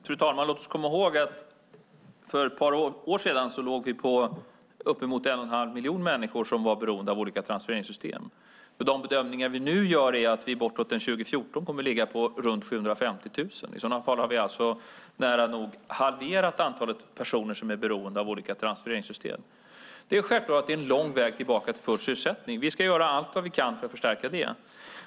Fru talman! Låt oss komma ihåg att vi för ett par år sedan låg på uppemot en och en halv miljon människor som var beroende av olika transfereringssystem. De bedömningar som vi gör nu är att vi bortåt 2014 kommer att ligga runt 750 000. I så fall har vi nära nog halverat antalet personer som är beroende av olika transfereringssystem. Det är självklart att det är lång väg tillbaka till full sysselsättning. Vi ska göra allt vad vi kan för att förstärka det.